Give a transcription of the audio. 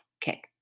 kick